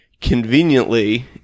Conveniently